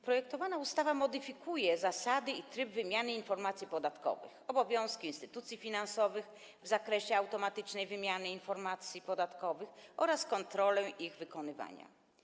Projektowana ustawa modyfikuje zasady i tryb wymiany informacji podatkowych, obowiązki instytucji finansowych w zakresie automatycznej wymiany informacji podatkowych oraz kontrolę ich wykonywania.